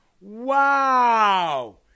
Wow